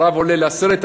הרב עולה ל-10,000,